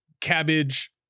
cabbage